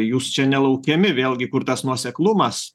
jūs čia nelaukiami vėlgi kur tas nuoseklumas